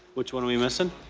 which one are we missing?